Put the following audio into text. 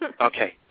Okay